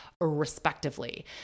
respectively